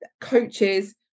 coaches